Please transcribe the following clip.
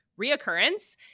reoccurrence